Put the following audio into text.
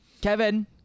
Kevin